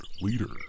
leader